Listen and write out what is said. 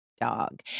dog